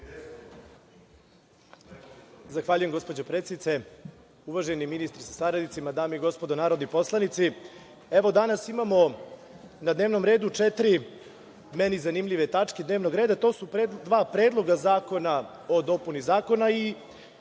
Zahvaljujem. Uvaženi ministre sa saradnicima, dame i gospodo narodni poslanici, evo danas imamo na dnevnom redu četiri meni zanimljive tačke dnevnog reda, a to su dva predloga zakona o dopuni zakona i